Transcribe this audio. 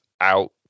out